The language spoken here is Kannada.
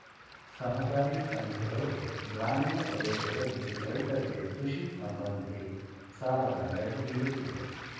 ಸಹಕಾರಿ ಸಂಘಗಳು ಗ್ರಾಮೀಣ ಪ್ರದೇಶದಲ್ಲಿ ರೈತರಿಗೆ ಕೃಷಿ ಸಂಬಂಧಿ ಸಾಲದ ನೆರವು ನೀಡುತ್ತಿದೆ